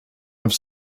have